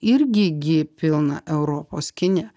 irgi gi pilna europos kine